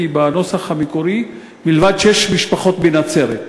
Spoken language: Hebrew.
כי בנוסח המקורי: מלבד שש משפחות בנצרת,